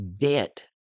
debt